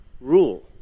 rule